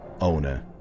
owner